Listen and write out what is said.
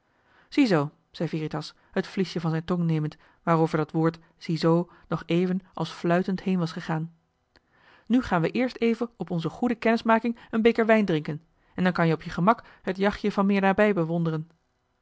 ziezoo zei veritas het vliesje van zijn tong nemend waarover dat woord ziezoo nog even als fluitend heen was gegaan nu gaan we eerst even op onze goede kennismaking een beker wijn drinken en dan kan-je op je gemak het jachtje van meer nabij bewonderen